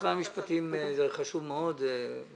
משרד המשפטים הוא חשוב מאוד.